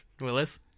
Willis